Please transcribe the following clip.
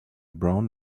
brown